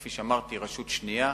כפי שאמרתי: רשות שנייה,